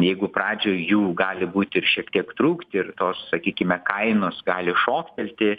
jeigu pradžioj jų gali būt ir šiek tiek trūkt ir sakykime kainos gali šoktelti